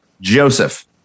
Joseph